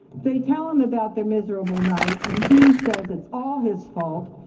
they tell him about their miserable night and he says it's all his fault,